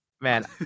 Man